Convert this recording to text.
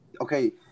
okay